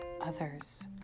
others